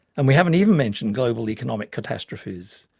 and we haven't even mentioned global economic catastrophes,